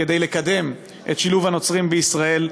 כדי לקדם את שילוב הנוצרים בישראל,